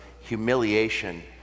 humiliation